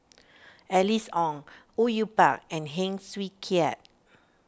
Alice Ong Au Yue Pak and Heng Swee Keat